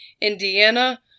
Indiana